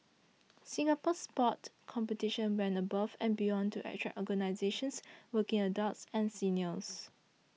Singapore Sport Competitions went above and beyond to attract organisations working adults and seniors